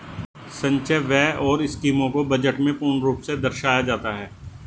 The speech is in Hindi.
संचय व्यय और स्कीमों को बजट में पूर्ण रूप से दर्शाया जाता है